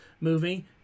movie